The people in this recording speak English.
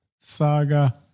saga